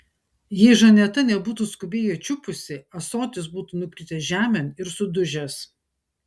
jei žaneta nebūtų skubiai jo čiupusi ąsotis būtų nukritęs žemėn ir sudužęs